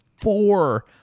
four